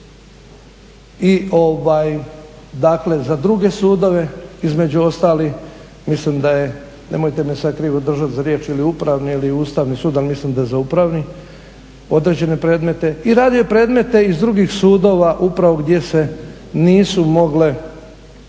radio i dakle za druge sudove, između ostalih mislim da je, nemojte me sad krivo držat za riječ ili upravni ili ustavni sud, ali mislim da je za upravni, određene predmete i radio je predmete iz drugih sudova upravo gdje se nisu mogle